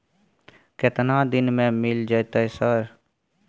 केतना दिन में मिल जयते सर?